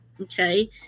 Okay